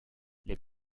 les